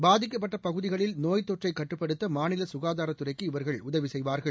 பாதிக்கப்பட்ட பகுதிகளில் நோய்த்தொற்றை கட்டுப்படுத்த மாநில சுகாதாரத்துறைக்கு இவா்கள் உதவி செய்வார்கள்